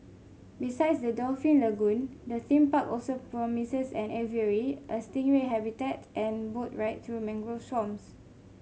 besides the dolphin lagoon the theme park also promises an aviary a stingray habitat and boat ride through mangrove swamps